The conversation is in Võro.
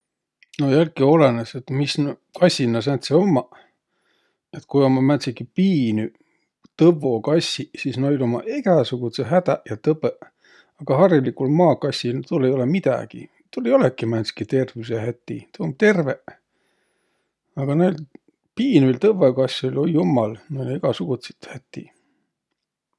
No jälki olõnõs, et mis kassiq naaq sääntseq ummaq. Et ku ummaq määntsegiq piinüq tõvvokassiq, sis noil ummaq egäsugumadsõq hädäq ja tõbõq, aga hariligul maakassil, tuul ei olõq midägi. Tuul ei olõq midägi. Tuul ei olõki määntsitki tervüsehäti. Tuu um terveq. Aga noil piinüil tõvvokassõl, ai jummal, noil um egäsugutsit häti.